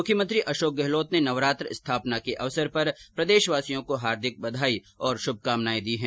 मुख्यमंत्री अशोक गहलोत ने नवरात्र स्थापना के अवसर पर प्रदेशवासियों को हार्दिक बधाई और श्रभकामनाएं दी है